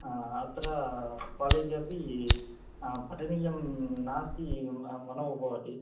अत्र कालेज् अपि पठनीयं नास्ति मनो भवति